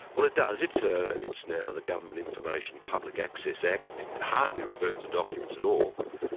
well it does. it's ah it's now the government information public access act. it hardly refers to documents at all.